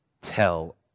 tell